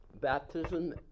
Baptism